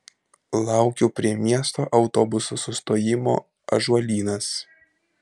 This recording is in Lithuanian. laukiu prie miesto autobusų sustojimo ąžuolynas